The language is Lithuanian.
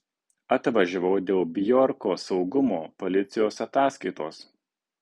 atvažiavau dėl bjorko saugumo policijos ataskaitos